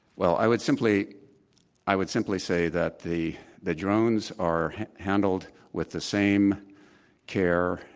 well, i would simply i would simply say that the the drones are handled with the same care,